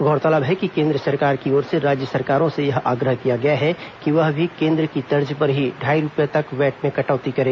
गौरतलब है कि केन्द्र सरकार की ओर से राज्य सरकारों से यह आग्रह किया गया है कि वह भी केन्द्र की तर्ज पर ही ढाई रुपये तक वैट में कटौती करे